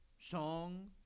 Song